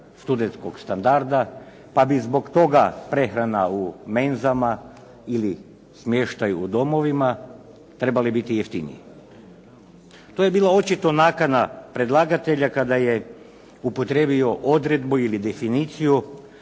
studentskog standarda pa bi zbog toga prehrana u menzama ili smještaj u domovima trebali biti jeftiniji. To je bila očito nakana predlagatelja kada je upotrijebio odredbu ili definiciju